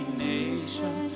nation